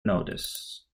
notice